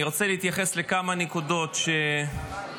אני רוצה להתייחס לכמה נקודות שראינו